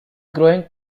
growing